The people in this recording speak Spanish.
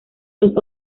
los